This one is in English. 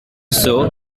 sow